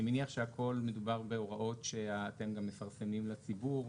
אני מניח שהכול מדובר בהוראות שאתם גם מפרסמים לציבור.